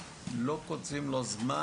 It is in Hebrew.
לא קוצבים לו זמן.